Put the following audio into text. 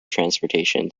transportation